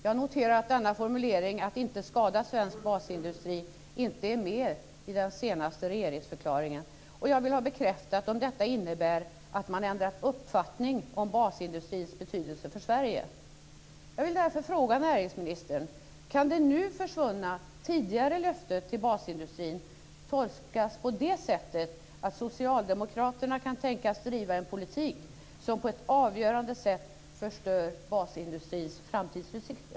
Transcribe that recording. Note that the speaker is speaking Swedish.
Jag noterar att denna formulering, att inte skada svensk basindustri, inte är med i den senaste regeringsförklaringen. Jag vill ha bekräftat om detta innebär att man har ändrat uppfattning om basindustrins betydelse för Sverige.